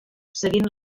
seguint